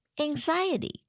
Anxiety